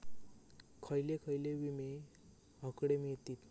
खयले खयले विमे हकडे मिळतीत?